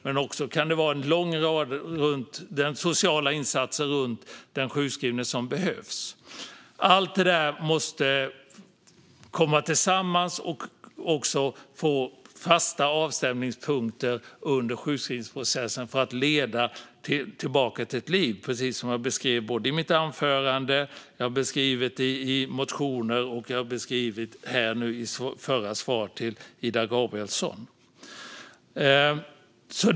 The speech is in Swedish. Det kan vara fråga om en lång rad sociala insatser runt den sjukskrivne. Allt detta måste komma tillsammans och få fasta avstämningspunkter under sjukskrivningsprocessen för att leda tillbaka till ett liv. Detta har jag beskrivit i mitt anförande, i motioner och i mitt tidigare svar till Ida Gabrielsson.